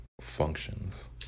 functions